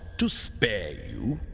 to spare you?